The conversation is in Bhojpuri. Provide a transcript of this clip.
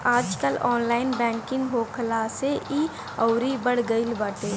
आजकल ऑनलाइन बैंकिंग होखला से इ अउरी बढ़ गईल बाटे